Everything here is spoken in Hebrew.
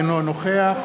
אינו נוכח